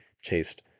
chased